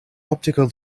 optical